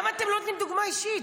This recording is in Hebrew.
למה אתם לא נותנים דוגמה אישית?